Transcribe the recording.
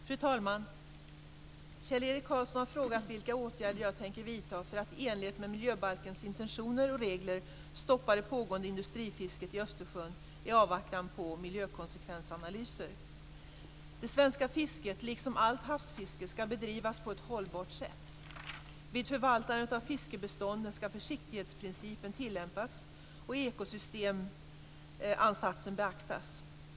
Fru talman! Kjell-Erik Karlsson har frågat vilka åtgärder jag tänker vidta för att i enlighet med miljöbalkens intentioner och regler stoppa det pågående industrifisket i Östersjön i avvaktan på miljökonsekvensanalyser. Det svenska fisket, liksom allt havsfiske, skall bedrivas på ett hållbart sätt. Vid förvaltandet av fiskbestånden skall försiktighetsprincipen tillämpas och ekosystemansatsen beaktas.